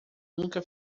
nunca